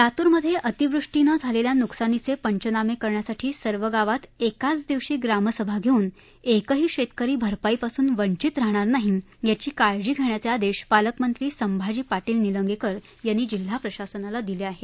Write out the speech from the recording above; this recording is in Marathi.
लातूरमधे अतिवृष्टीनं झालेल्या नुकसानीचे पंचनामे करण्यासाठी सर्व गावांत एकाच दिवशी ग्रामसभा घेऊन एकही शेतकरी भरपाईपासून वंचित राहणार नाही याची काळजी घेण्याचे आदेश पालकमंत्री संभाजी पाटील निलंगेकर यांनी जिल्हा प्रशासनाला दिले आहेत